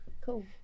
cool